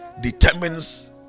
determines